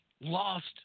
lost